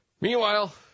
Meanwhile